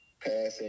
passing